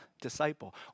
disciple